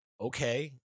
okay